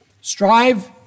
strive